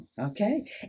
okay